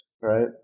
right